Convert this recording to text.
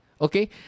Okay